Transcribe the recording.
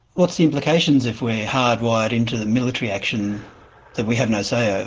what are the implications if we're hardwired into the military action that we have no say over?